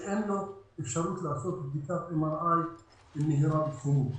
ואין לו אפשרות לעשות בדיקת MRI מהירה בתחומו.